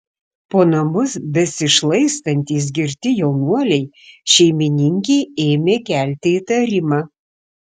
po namus besišlaistantys girti jaunuoliai šeimininkei ėmė kelti įtarimą